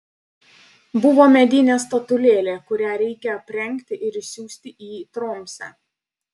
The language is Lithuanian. buvo medinė statulėlė kurią reikia aprengti ir išsiųsti į tromsę